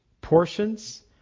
portions